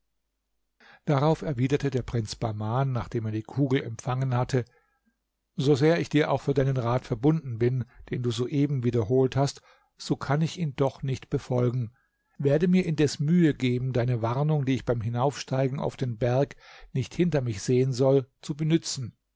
darauf erwiderte der prinz bahman nachdem er die kugel empfangen hatte so sehr ich dir auch für deinen rat verbunden bin den du soeben wiederholt hast so kann ich ihn doch nicht befolgen werde mir indes mühe geben deine warnung daß ich beim hinaufsteigen auf den berg nicht hinter mich sehen soll zu benützen